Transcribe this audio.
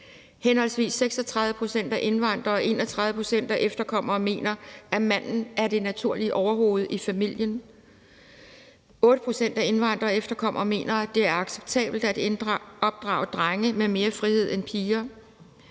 Henholdsvis 36 pct. af indvandrere og 31 pct. af efterkommere mener, at manden er det naturlige overhoved i familien. 8 pct. af indvandrere og efterkommere mener, at det er acceptabelt at opdrage og drenge med mere frihed end piger.